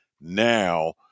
now